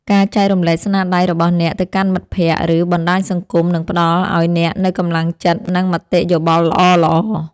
ការចែករំលែកស្នាដៃរបស់អ្នកទៅកាន់មិត្តភក្តិ ឬ បណ្តាញសង្គមនឹងផ្តល់ឱ្យអ្នកនូវកម្លាំងចិត្ត និង មតិយោបល់ល្អៗ។